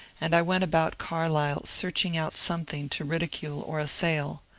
and i went about carlisle search ing out something to ridicule or assail.